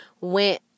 went